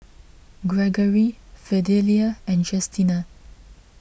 Gregory Fidelia and Justina